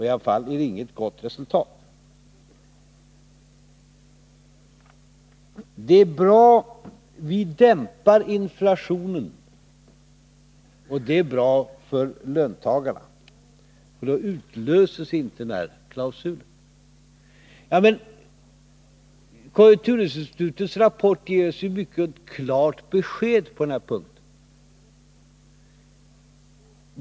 I alla fall ger det inget gott resultat. Vi dämpar inflationen, och det är bra för löntagarna, för då utlöses inte löneklausulen, säger Ola Ullsten. Men konjunkturinstitutets rapport ger oss mycket klart besked på denna punkt.